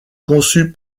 conçu